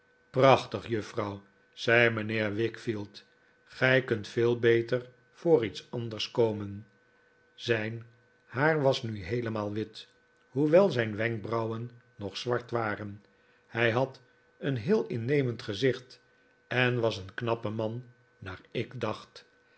prachtig juffrouw zei mijnheer wickfield gij kunt veel beter voor iets anders komen zijn haar was nu heelemaal wit hoewel zijn wenkbrauwen nog zwart waren hij had een heel innemend gezicht en was een knappe man naar ik dacht